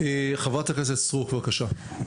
חברת הכנסת סטרוק, בבקשה.